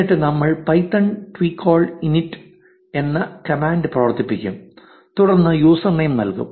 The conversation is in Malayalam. എന്നിട്ടു നമ്മൾ പൈതൺ ട്വികോൾ ഇനിറ്റ് എന്ന കമാൻഡ് പ്രവർത്തിപ്പിക്കും തുടർന്ന് യൂസർ നെയിം നൽകും